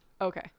Okay